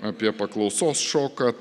apie paklausos šoką